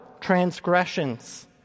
transgressions